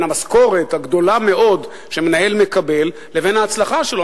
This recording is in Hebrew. המשכורת הגדולה מאוד שמנהל מקבל לבין ההצלחה שלו.